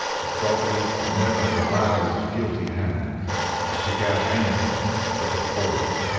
for providence would never have allowed his guilty hand to pick out anything but the poison.